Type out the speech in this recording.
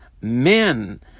men